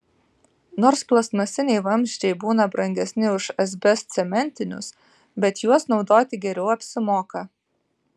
nors plastmasiniai vamzdžiai būna brangesni už asbestcementinius bet juos naudoti geriau apsimoka